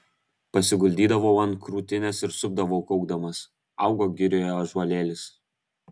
pasiguldydavau ant krūtinės ir supdavau kaukdamas augo girioje ąžuolėlis